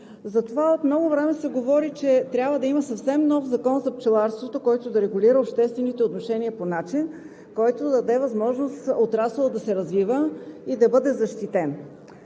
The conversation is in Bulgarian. Затова от много време се говори, че трябва да има съвсем нов Закон за пчеларството, който да регулира обществените отношения по начин, който да даде възможност отрасълът да се развива и да бъде защитен.